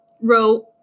wrote